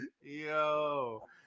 yo